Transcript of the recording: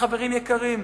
וחברים יקרים,